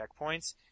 checkpoints